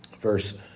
verse